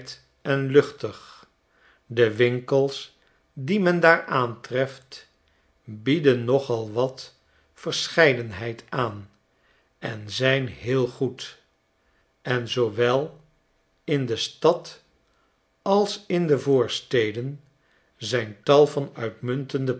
en luchtig de winkels die men daar aantreft bieden nogal wat verscheidenheid aan en zijn heel goed en zoowel in de stad als in de voorsteden zijn tal van uitmuntende